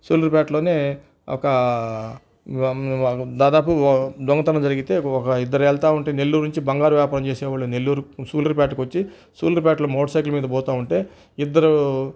సూళ్లూరుపేటలోనే ఒక దాదాపు దొంగతనం జరిగితే ఒక ఇద్దరు వెళ్తా ఉంటే నెల్లూరు నుంచి బంగారం వ్యాపారం చేసే వాళ్ళు నెల్లూరు సూళ్లూరుపేటకు వచ్చి సూళ్లూరుపేటలో మోటర్ సైకిల్ మీద పోతు ఉంటే ఇద్దరు